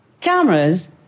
Cameras